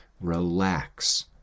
Relax